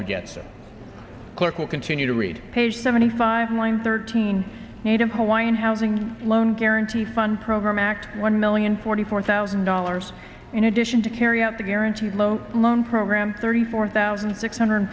a clerk will continue to read page seventy five line thirteen native hawaiian housing loan guarantee fund program act one million forty four thousand dollars in addition to carry out the guaranteed loan loan program thirty four thousand six hundred